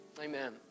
Amen